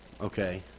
Okay